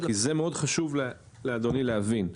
כי זה מאוד חשוב לאדוני להבין.